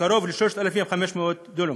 קרוב ל-3,500 דונם,